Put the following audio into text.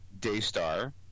Daystar